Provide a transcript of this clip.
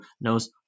knows